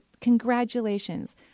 congratulations